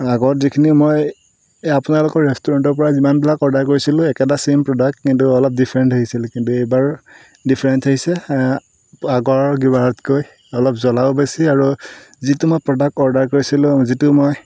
আগত যিখিনি মই এই আপোনালোকৰ ৰেষ্টোৰেণ্টৰপৰা যিমানবিলাক অৰ্ডাৰ কৰিছিলোঁ একেটা চেম প্ৰডাক্ট কিন্তু অলপ ডিফাৰেণ্ট আহিছিল কিন্তু এইবাৰ ডিফাৰেণ্ট আহিছে আগৰ কেইবাৰতকৈ অলপ জ্বলাও বেছি আৰু যিটো মই প্ৰডাক্ট অৰ্ডাৰ কৰিছিলোঁ যিটো মই